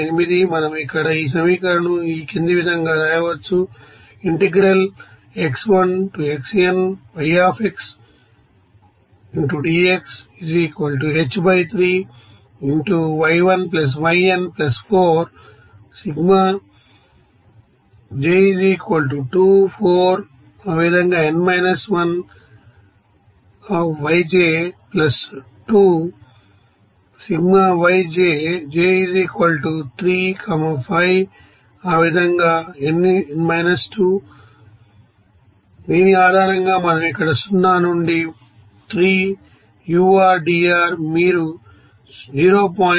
428 మనం ఇక్కడ ఈ సమీకరణమును వ్రాయవచ్చు దీని ఆధారంగా మనం ఇక్కడ 0 నుండి 3 ur dr